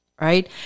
Right